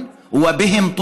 ומתרגמם):